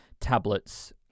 tablets